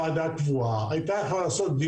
וזה,